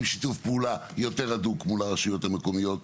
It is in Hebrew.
עם שיתוף פעולה יותר הדוק מול הרשויות המקומיות.